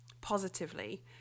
positively